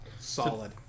Solid